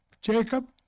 Jacob